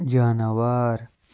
جاناوار